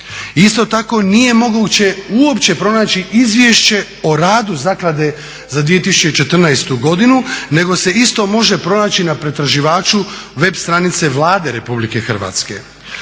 Isto tako nije moguće uopće pronaći izvješće o radu zaklade za 2014., nego se isto može pronaći na pretraživaču web stranice Vlade Republike Hrvatske.